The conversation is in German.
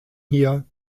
hier